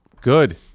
Good